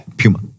Puma